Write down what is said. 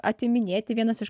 atiminėti vienas iš